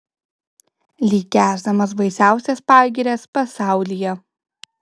lyg kęsdamas baisiausias pagirias pasaulyje